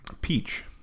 Peach